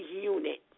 unit